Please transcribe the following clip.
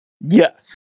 Yes